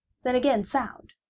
then again sound,